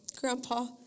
Grandpa